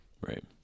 Right